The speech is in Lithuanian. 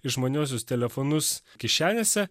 išmaniuosius telefonus kišenėse